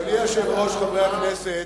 אדוני היושב-ראש, חברי הכנסת,